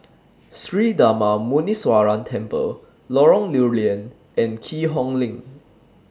Sri Darma Muneeswaran Temple Lorong Lew Lian and Keat Hong LINK